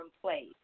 place